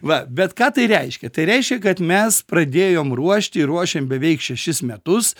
va bet ką tai reiškia tai reiškia kad mes pradėjom ruošti ir ruošėm beveik šešis metus